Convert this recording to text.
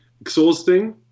exhausting